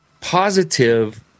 positive